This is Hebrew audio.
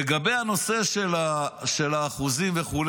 לגבי הנושא של האחוזים וכו',